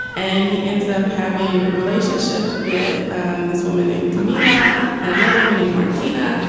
and he ends up having relationships with um this woman named camilla and another woman named martina.